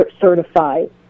certified